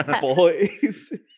boys